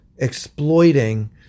exploiting